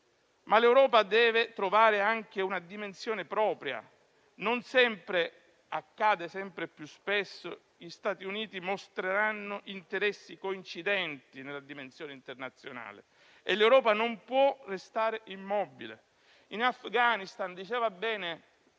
L'Europa deve trovare però anche una dimensione propria. Non sempre - accade sempre più spesso - gli Stati Uniti mostreranno interessi coincidenti nella dimensione internazionale e l'Europa non può restare immobile. In Afghanistan, diceva bene